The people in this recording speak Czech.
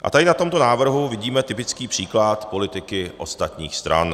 A na tomto návrhu vidíme typický příklad politiky ostatních stran.